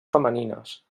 femenines